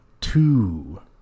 two